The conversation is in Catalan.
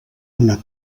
una